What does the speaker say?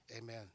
amen